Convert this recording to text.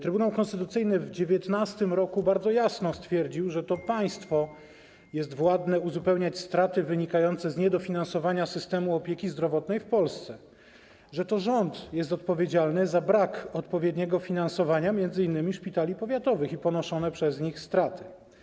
Trybunał Konstytucyjny w 2019 r. bardzo jasno stwierdził, że to państwo jest władne uzupełniać straty wynikające z niedofinansowania systemu opieki zdrowotnej w Polsce, że to rząd jest odpowiedzialny za brak odpowiedniego finansowania m.in. szpitali powiatowych i ponoszone przez nie straty.